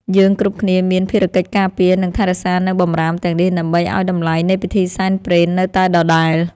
យើងគ្រប់គ្នាមានភារកិច្ចការពារ និងថែរក្សានូវបម្រាមទាំងនេះដើម្បីឱ្យតម្លៃនៃពិធីសែនព្រេននៅតែដដែល។